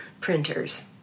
printers